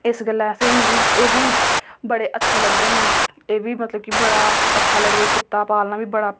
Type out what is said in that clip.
इस गल्ला असें ई मिगी बड़े अच्छे लगदे न एह्बी मतलब बड़ा अच्छा लगदे न कुत्ता पालना बी बड़ा